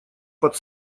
под